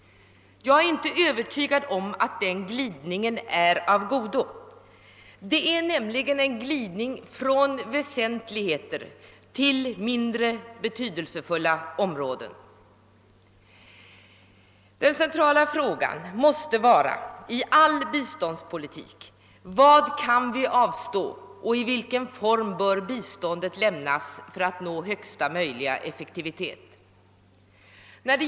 Jag är inte övertygad om att den glidningen är av godo. Det är nämligen en glidning från väsentligheter till mindre betydelsefulla områden. Den centrala frågan i all biståndspolitik måste vara: Vad kan vi avstå och i vilken form bör biståndet lämnas för att få högsta möjliga effektivitet?